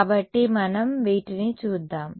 కాబట్టి మనం వీటిని చూద్దాం